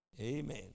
Amen